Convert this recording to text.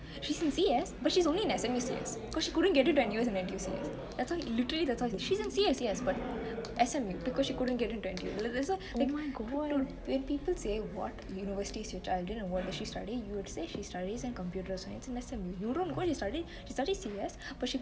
she's in C_S but she's only in S_M_U C_S because she couldn't get into N_U_S and N_T_U C_S that's literally she's in C_S yes but S_M_U because she couldn't get into N_T_U when people say what university is your child in and what does she study you would say she studies computer science and she's in S_M_U you know where is she studying she studies C_S